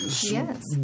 Yes